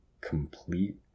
complete